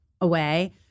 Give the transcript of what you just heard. away